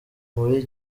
muri